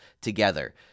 together